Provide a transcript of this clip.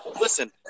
Listen